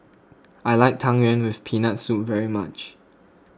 I like Tang Yuen with Peanut Soup very much